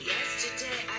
Yesterday